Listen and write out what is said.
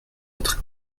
être